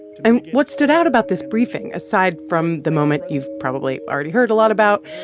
and what stood out about this briefing, aside from the moment you've probably already heard a lot about,